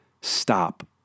stop